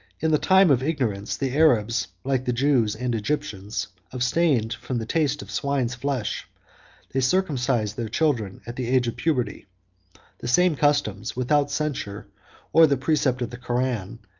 in the time of ignorance, the arabs, like the jews and egyptians, abstained from the taste of swine's flesh they circumcised their children at the age of puberty the same customs, without censure or the precept of the koran,